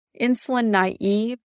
insulin-naive